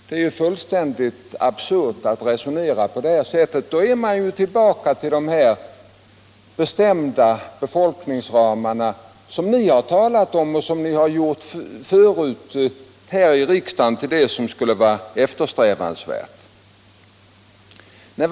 Det är ju fullständigt absurt att resonera på det sättet, och då kommer man tillbaka till de bestämda befolkningsramar som ni ti digare här i riksdagen har ansett vara eftersträvansvärda.